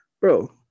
Bro